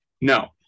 no